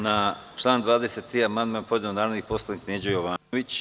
Na član 23. amandman je podneo narodni poslanik Neđo Jovanović.